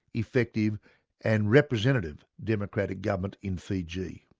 effective and representative democratic government in fiji.